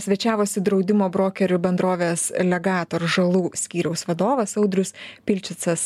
svečiavosi draudimo brokerių bendrovės legator žalų skyriaus vadovas audrius pilčicas